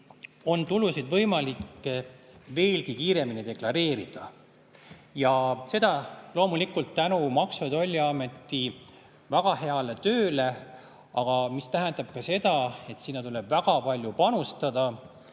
on tulusid võimalik veelgi kiiremini deklareerida ja seda loomulikult tänu Maksu- ja Tolliameti väga heale tööle. Aga see tähendab seda, et sinna tuleb väga palju panustada.